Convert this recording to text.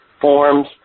forms